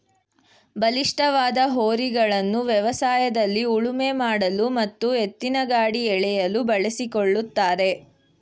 ಬಲಿಷ್ಠವಾದ ಹೋರಿಗಳನ್ನು ವ್ಯವಸಾಯದಲ್ಲಿ ಉಳುಮೆ ಮಾಡಲು ಮತ್ತು ಎತ್ತಿನಗಾಡಿ ಎಳೆಯಲು ಬಳಸಿಕೊಳ್ಳುತ್ತಾರೆ